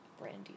brandy